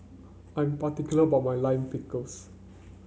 I'm particular about my Lime Pickles